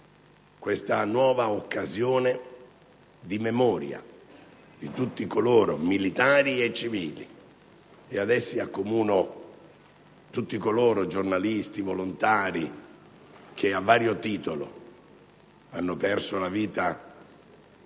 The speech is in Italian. una nuova occasione di memoria di tutti coloro, militari e civili - e ad essi accomuno giornalisti e volontari - che a vario titolo hanno perso la vita in